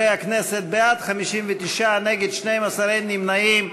חברי הכנסת, בעד, 59, נגד, 12, אין נמנעים.